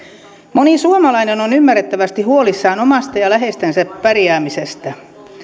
moni suomalainen on ymmärrettävästi huolissaan omasta ja läheistensä pärjäämisestä